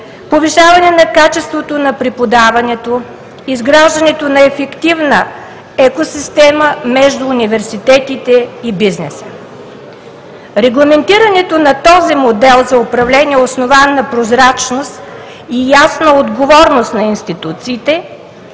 повишаване на качеството на преподаването, изграждането на ефективна екосистема между университетите и бизнеса. Регламентирането на този модел за управление, основан на прозрачност и ясна отговорност на институциите,